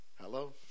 hello